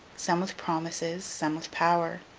some with promises, some with power.